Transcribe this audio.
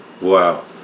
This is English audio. Wow